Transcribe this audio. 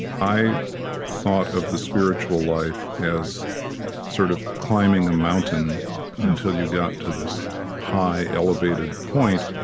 i thought of the spiritual life as sort of climbing a mountain until you got to this high, elevated point,